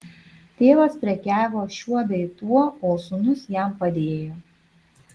tėvas prekiavo šiuo bei tuo o sūnus jam padėjo